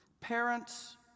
Parents